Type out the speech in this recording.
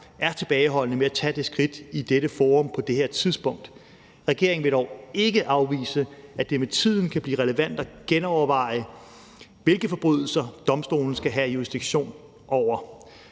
er tilbageholdende med at tage det skridt i dette forum på det her tidspunkt. Regeringen vil dog ikke afvise, at det med tiden kan blive relevant at genoverveje, hvilke forbrydelser domstolen skal have jurisdiktion over.